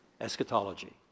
eschatology